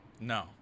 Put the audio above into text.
No